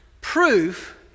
proof